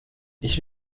ich